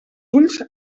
ulls